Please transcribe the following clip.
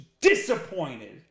Disappointed